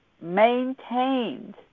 maintained